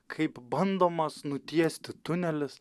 kaip bandomas nutiesti tunelis